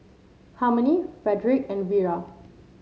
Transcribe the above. Harmony Frederick and Vira